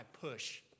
push